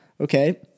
okay